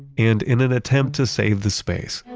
and in an attempt to save the space,